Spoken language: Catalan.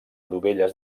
dovelles